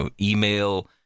email